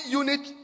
unit